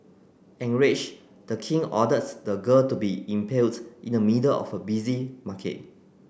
enraged the king orders the girl to be impaled in the middle of a busy market